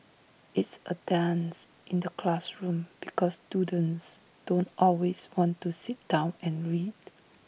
it's A dance in the classroom because students don't always want to sit down and read